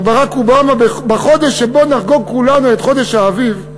מר ברק אובמה, בחודש שבו נחגוג כולנו את חג האביב,